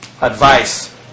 advice